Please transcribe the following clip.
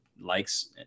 likes